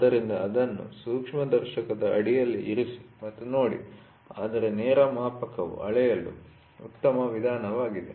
ಆದ್ದರಿಂದ ಅದನ್ನು ಸೂಕ್ಷ್ಮದರ್ಶಕದ ಅಡಿಯಲ್ಲಿ ಇರಿಸಿ ಮತ್ತು ನೋಡಿ ಆದರೆ ನೇರ ಮಾಪನವು ಅಳೆಯಲು ಉತ್ತಮ ವಿಧಾನವಾಗಿದೆ